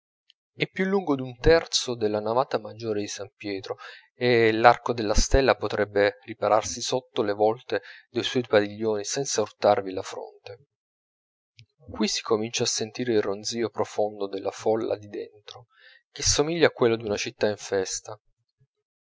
è più lungo d'un terzo della navata maggiore di san pietro e l'arco della stella potrebbe ripararsi sotto le volte dei suoi padiglioni senza urtarvi la fronte qui si comincia a sentire il ronzio profondo della folla di dentro che somiglia a quello d'una città in festa